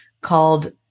called